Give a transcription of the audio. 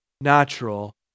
natural